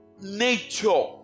nature